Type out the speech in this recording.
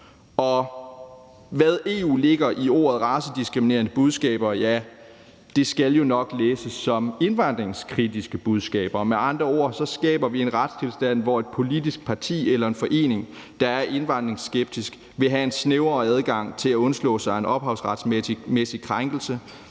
som EU lægger i betegnelsen racediskriminerende budskaber, skal jo nok læses som »indvandringskritiske budskaber«. Med andre ord skaber vi en retstilstand, hvor et politisk parti eller en forening, der er indvandringsskeptisk, vil have en snævrere adgang til at undslå sig en ophavsretsmæssig krænkelse